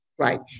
Right